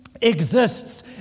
exists